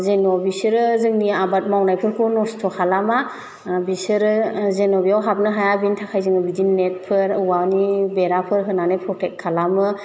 जेन' बिसोरो जोंनि आबाद मावनायफोरखौ नस्थ' खालामा बिसोरो जेन' बेव हाबनो हाया बिनि थाखाय जोङो बिदिनो नेटफोर औवानि बेराफोर होनानै प्रटेक खालामो